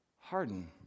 harden